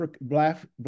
Black